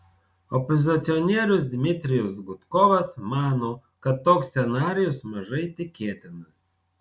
opozicionierius dmitrijus gudkovas mano kad toks scenarijus mažai tikėtinas